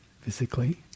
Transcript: physically